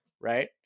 right